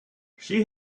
she